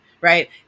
right